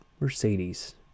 Mercedes